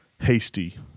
Hasty